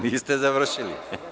Niste završili.